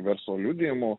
verslo liudijimų